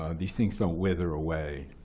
ah these things don't wither away.